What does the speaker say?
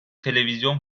televizyon